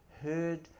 heard